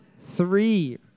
three